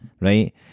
right